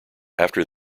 after